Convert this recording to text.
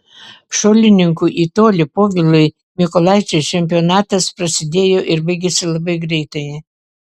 šuolininkui į tolį povilui mykolaičiui čempionatas prasidėjo ir baigėsi labai greitai